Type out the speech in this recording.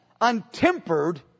untempered